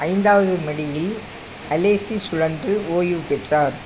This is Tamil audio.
ஐந்தாவது மடியில் அலேசி சுழன்று ஓய்வு பெற்றார்